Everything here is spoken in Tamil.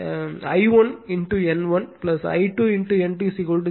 அவ்வாறு இருந்தால் I1 N1 I2 N2 0 அதாவது